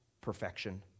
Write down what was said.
perfection